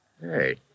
Hey